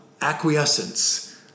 acquiescence